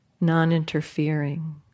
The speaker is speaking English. non-interfering